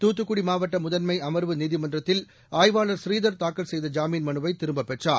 தூத்துக்குடி மாவட்ட முதன்மை அமர்வு நீதிமன்றத்தில் ஆய்வாளர் பூநீதர் தாக்கல் செய்த ஜாமீன் மனுவை திரும்பப் பெற்றார்